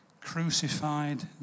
crucified